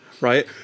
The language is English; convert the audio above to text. right